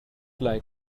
like